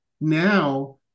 now